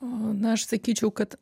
na aš sakyčiau kad